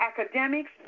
academics